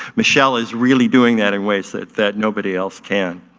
michelle is really doing that in ways that that nobody else can.